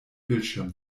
bildschirm